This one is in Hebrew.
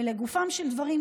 ולגופם של דברים,